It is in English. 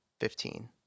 Fifteen